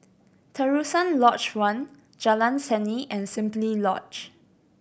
Terusan Lodge One Jalan Seni and Simply Lodge